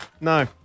No